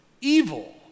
evil